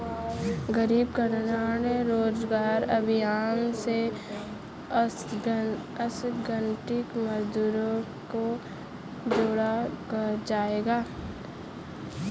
गरीब कल्याण रोजगार अभियान से असंगठित मजदूरों को जोड़ा जायेगा